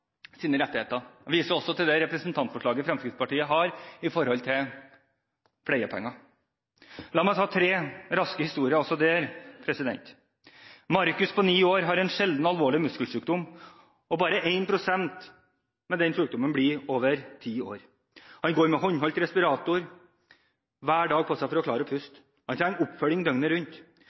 rettigheter, og jeg viser også til representantforslaget Fremskrittspartiet har når det gjelder pleiepenger. La meg ta tre raske historier også her: Markus, ni år, har en sjelden og alvorlig muskelsykdom, og bare 1 pst. av dem med sykdommen blir over ti år gamle. Han går med håndholdt respirator hver dag for å klare å puste. Han trenger oppfølging døgnet rundt.